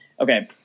Okay